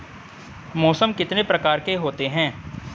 मौसम कितने प्रकार के होते हैं?